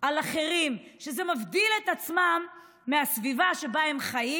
על אחרים, שזה מבדיל אותם מהסביבה שבה הם חיים.